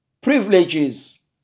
privileges